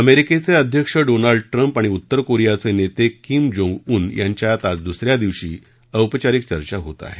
अमेरिकेचे अध्यक्ष Donald Trump आणि उत्तर कोरियाचे नेते किम जोंग उन यांच्यात आज दुस या दिवशी औपचारिक चर्चा होत आहे